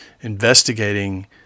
investigating